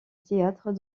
théâtre